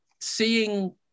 seeing